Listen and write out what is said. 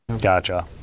Gotcha